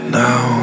now